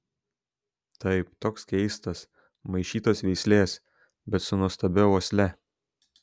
taip toks keistas maišytos veislės bet su nuostabia uosle